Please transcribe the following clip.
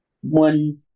one